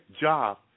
job